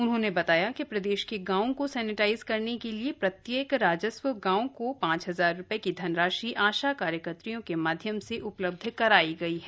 उन्होंने बताया कि प्रदेश के गांवों को सैनेटाइज करने के लिए प्रत्येक राजस्व गांव को पांच हजार रुपये की धनराशि आशा कार्यकर्तियों के माध्यम से उपलब्ध करायी गयी है